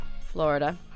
Florida